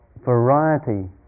variety